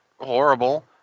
horrible